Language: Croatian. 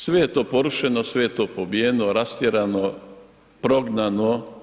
Sve je to porušeno, sve je to pobijeno, rastjerano, prognano.